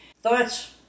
Thoughts